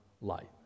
light